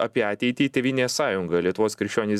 apie ateitį tėvynės sąjunga lietuvos krikščionys